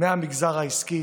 מהמגזר העסקי,